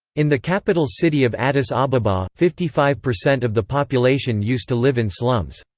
in the capital city of addis ababa, fifty five percent of the population used to live in slums.